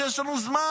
יש לנו זמן.